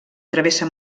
travessa